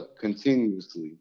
continuously